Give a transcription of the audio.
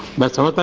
but